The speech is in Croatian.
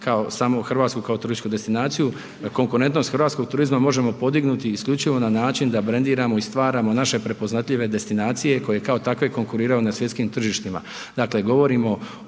kao samo Hrvatsku kao turističku destinaciju. Konkurentnost hrvatskog turizma možemo podignuti isključivo na način da brendiramo i stvaramo naše prepoznatljive destinacije koje kao takve konkuriraju na svjetskim tržištima.